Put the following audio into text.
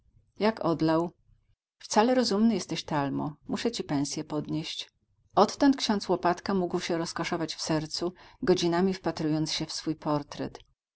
jak odlał wcale rozumny jesteś talmo muszę ci pensję podnieść odtąd ksiądz łopatka mógł się rozkoszować w sercu godzinami wpatrując się w swój portret